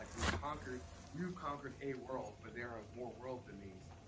we've conquered you've conquered a world but there are more world than these.